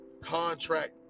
contract